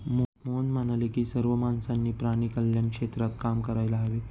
मोहन म्हणाले की सर्व माणसांनी प्राणी कल्याण क्षेत्रात काम करायला हवे